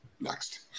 Next